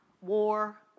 war